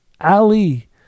Ali